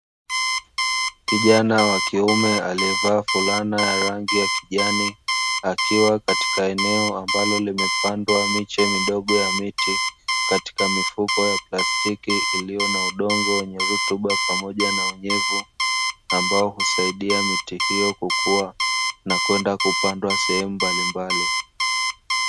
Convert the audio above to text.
Kijana wa kiume aliyevaa fulana ya rangi ya kijani akiwa katika eneo ambalo limepandwa miche midogo ya miti katika mifuko ya plastiki iliyo na udongo wenye rutuba pamoja na unyevu, ambao husaidia miti hiyo kukua na kwenda kupandwa sehemu mbalimbali.